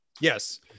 Yes